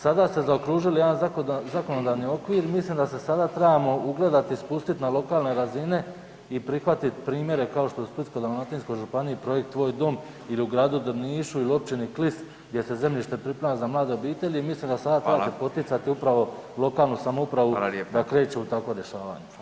Sada ste zaokružili jedan zakonodavni okvir, mislim da se sada trebamo ugledat i spustit na lokalne razine i prihvatit primjere kao što je u Splitsko-dalmatinskoj županiji projekt „Tvoj dom“ ili u gradu Drnišu ili u općini Klis gdje se zemljište priprema za mlade obitelji, mislim da sada trebate poticati upravo lokalnu samoupravu da kreću u takvo rješavanje.